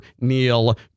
Neil